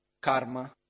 karma